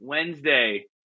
Wednesday